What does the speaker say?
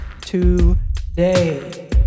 today